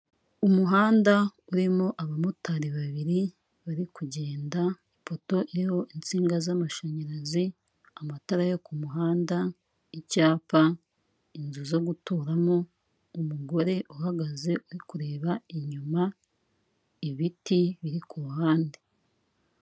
Umuhanda urimo abamotari babiri bari kugenda, ipoto iriho insinga z'amashanyarazi, amatara yo ku muhanda, icyapa, inzu zo guturamo, umugore uhagaze uri kureba inyuma, ibiti biri kuruhande.